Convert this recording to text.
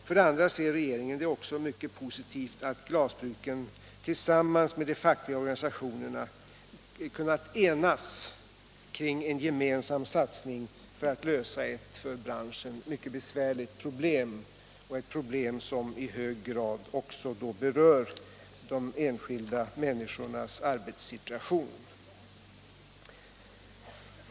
För det andra ser regeringen det som mycket positivt att glasbruken tillsammans med de fackliga organisationerna kunnat enas kring en gemensam satsning för att lösa ett för branschen mycket besvärligt problem, som också i hög grad berör de enskilda människornas arbetssituation.